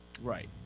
Right